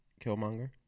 Killmonger